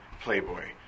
playboy